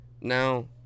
Now